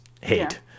hate